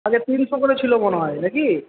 আগে তিনশো করে ছিল মনে হয় নাকি